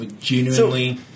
Genuinely